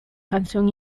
canción